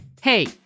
Hey